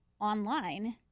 online